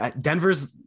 Denver's –